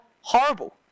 horrible